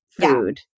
food